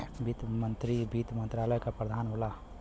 वित्त मंत्री वित्त मंत्रालय क प्रधान होला